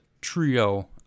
trio